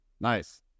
Nice